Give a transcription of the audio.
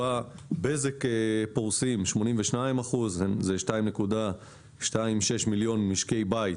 בזק פורסים 82 אחוזים שזה 2.26 מיליון משקי בית